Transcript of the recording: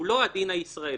הוא לא הדין הישראלי.